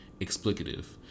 explicative